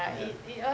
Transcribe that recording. ya